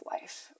life